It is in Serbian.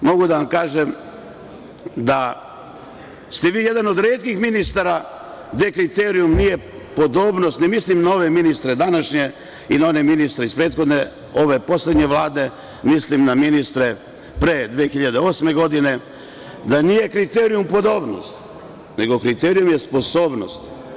Mogu da vam kažem da ste vi jedan od retkih ministara gde kriterijum nije podobnost, ne mislim na ove ministre, današnje i na one ministre iz prethodne, ove poslednje Vlade, mislim na ministre pre 2008. godine, da nije kriterijum podobnost, nego kriterijum je sposobnost.